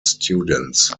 students